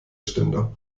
ständer